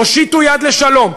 הושיטו יד לשלום,